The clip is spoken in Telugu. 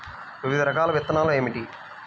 వివిధ రకాల విత్తనాలు ఏమిటి?